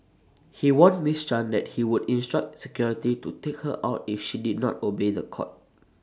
he warned miss chan that he would instruct security to take her out if she did not obey The Court